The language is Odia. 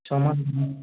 ଛଅ ମାସ ଯିବ